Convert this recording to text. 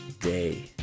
day